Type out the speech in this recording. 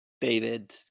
David